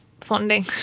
funding